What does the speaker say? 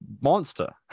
monster